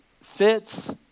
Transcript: Fits